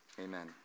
Amen